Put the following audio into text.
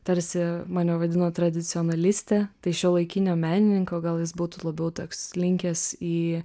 tarsi mane vadino tradicionaliste tai šiuolaikinio menininko gal jis būtų labiau toks linkęs į